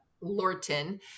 Lorton